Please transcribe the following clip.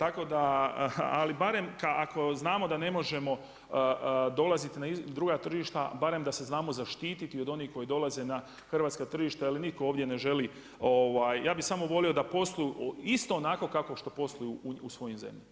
Ali barem ako znamo da ne možemo dolaziti na druga tržišta, barem da se znamo zaštititi od onih koji dolaze na hrvatska tržišta jel niko ovdje ne želi, ja bi samo volio da posluju isto onako kako posluju u svojim zemljama.